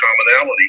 commonality